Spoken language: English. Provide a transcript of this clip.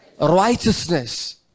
righteousness